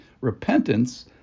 repentance